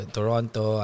Toronto